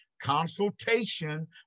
consultation